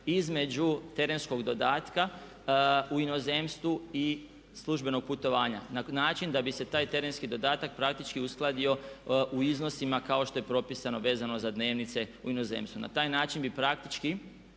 između terenskog dodatka u inozemstvu i službenog putovanja na način da bi se taj terenski dodatak praktički uskladio u iznosima kao što je propisano vezano za dnevnice u inozemstvu. Na taj način bi praktički